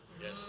Yes